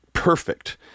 perfect